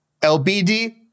LBD